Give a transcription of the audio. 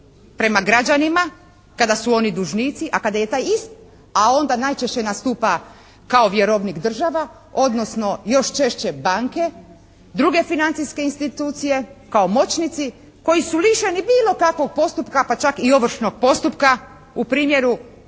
prema građanima kada su oni dužnici, a kada je taj isti onda najčešće nastupa kao vjerovnik država, odnosno još češće banke, druge financijske institucije kao moćnici koji su lišeni bilo kakvog postupka, pa čak i ovršnog postupka u primjeru